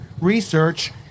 Research